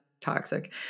toxic